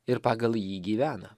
ir pagal jį gyvena